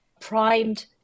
primed